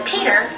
Peter